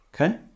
Okay